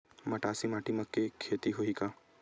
मटासी माटी म के खेती होही का?